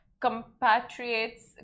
Compatriots